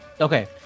Okay